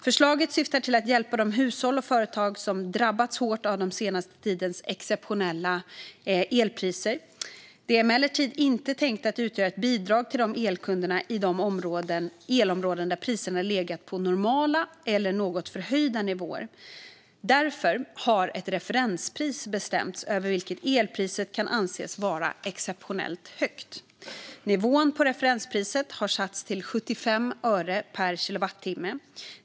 Förslaget syftar till att hjälpa de hushåll och företag som drabbats hårt av den senaste tidens exceptionellt höga elpriser. Det är emellertid inte tänkt att utgöra ett bidrag till elkunder i de elområden där priserna legat på normala eller något förhöjda nivåer. Därför har ett referenspris bestämts, över vilket elpriset kan anses vara exceptionellt högt. Nivån på referenspriset har satts till 75 öre per kilowattimme.